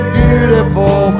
beautiful